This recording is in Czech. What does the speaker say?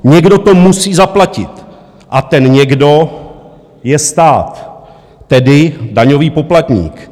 Někdo to musí zaplatit a ten někdo je stát, tedy daňový poplatník.